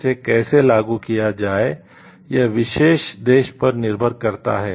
इसे कैसे लागू किया जाए यह विशेष देश पर निर्भर करता है